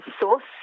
source